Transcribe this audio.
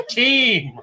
team